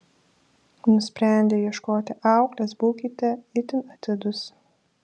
nusprendę ieškoti auklės būkite itin atidūs